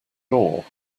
door